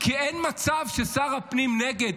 כי אין מצב ששר הפנים נגד,